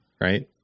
Right